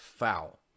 foul